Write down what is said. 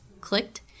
clicked